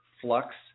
flux